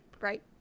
Right